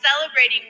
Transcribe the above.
celebrating